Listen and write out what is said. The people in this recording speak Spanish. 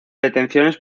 detenciones